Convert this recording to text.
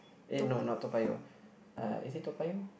uh no not Toa-Payoh is it Toa-Payoh